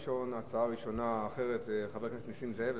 ההצעה הראשונה האחרת היא של חבר הכנסת נסים זאב.